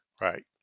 Right